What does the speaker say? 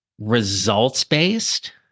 results-based